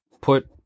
put